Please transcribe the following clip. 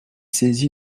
saisi